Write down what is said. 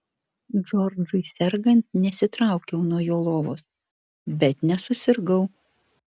džordžui sergant nesitraukiau nuo jo lovos bet nesusirgau